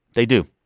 they do.